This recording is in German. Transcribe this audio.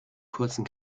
kurzen